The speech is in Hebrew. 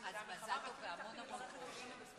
שהוחזרה מוועדת העבודה, הרווחה והבריאות.